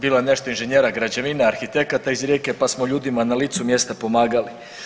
Bilo ne nešto inženjera građevine, arhitekata iz Rijeke pa smo ljudima na licu mjesta pomagali.